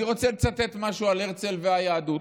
אני רוצה לצטט משהו על הרצל והיהדות: